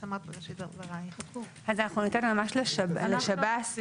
ניתן לשב"ס,